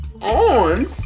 on